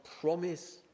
promise